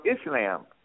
Islam